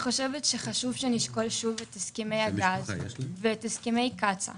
חשוב שנשקול שוב את הסכמי הגז ואת הסכמי קצא"א.